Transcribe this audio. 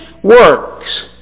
Works